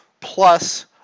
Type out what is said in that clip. plus